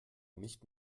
nicht